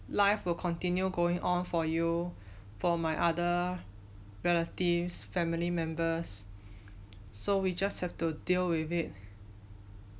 life will continue going on for you for my other relatives family members so we just have to deal with it